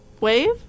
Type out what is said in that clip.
Wave